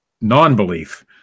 non-belief